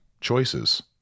choices